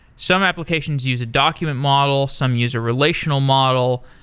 some applications use a document model. some use a relational model.